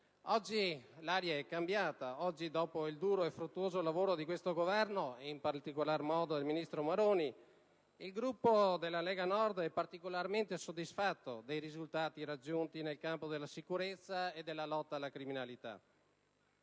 Oggi l'aria è cambiata. Oggi, dopo il duro e fruttuoso lavoro di questo Governo, in particolare del ministro Maroni, il Gruppo della Lega Nord è particolarmente soddisfatto dei risultati raggiunti nel campo della sicurezza e della lotta alla criminalità.